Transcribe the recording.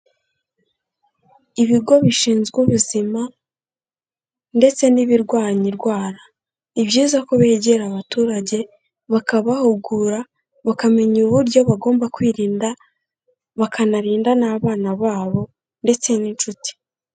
Ibigo bishinzwe ubuzima ndetse n'ibirwanya indwara, ni byiza ko begera abaturage bakabahugura, bakamenya uburyo bagomba kwirinda, bakanarinda n'abana babo ndetse n'inshuti.